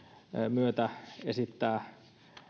myötä esittää